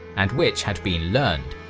and which had been learned.